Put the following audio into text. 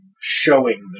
showing